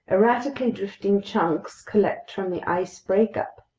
erratically drifting chunks collect from the ice breakup.